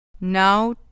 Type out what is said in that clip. Now